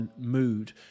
mood